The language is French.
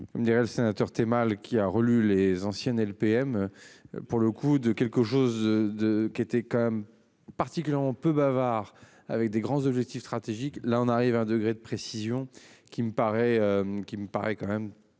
Comme dirait le sénateur tu es mal qui a relu les anciennes LPM. Pour le coup de quelque chose de qui était quand même parti on peu bavard avec des grands objectifs stratégiques là on arrive à un degré de précision qui me paraît. Qui me